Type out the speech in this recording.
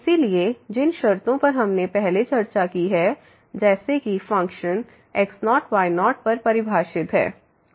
इसलिए जिन शर्तों पर हमने पहले चर्चा की है जैसे कि फ़ंक्शन x0y0पर परिभाषित है